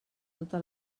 tota